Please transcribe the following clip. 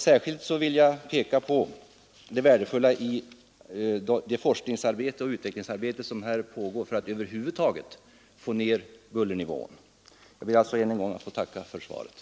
Särskilt vill jag understryka vad herr Norling sagt om det värdefulla forskningsoch utvecklingsarbete som här pågår för att över huvud taget få ner Nr 51